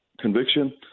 conviction